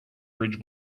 bridge